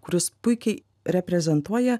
kuris puikiai reprezentuoja